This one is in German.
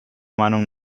meinung